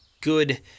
good